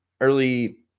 early